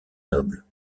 nobles